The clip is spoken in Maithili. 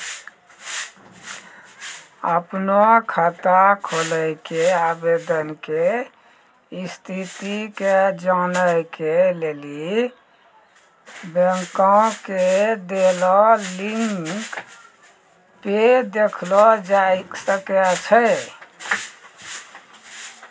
अपनो खाता खोलै के आवेदन के स्थिति के जानै के लेली बैंको के देलो लिंक पे देखलो जाय सकै छै